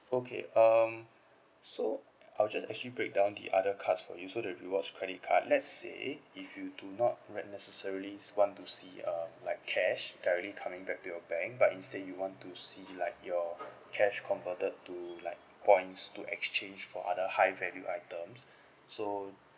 okay um so I will just actually break down the other cards for you so the rewards credit card let's say if you do not like necessarily s~ want to see um like cash directly coming back to your bank but instead you want to see like your cash converted to like points to exchange for other high value items so